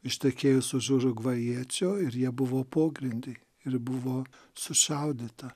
ištekėjus už urugvajiečio ir jie buvo pogrindy ir buvo sušaudyta